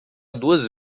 duas